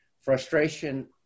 frustration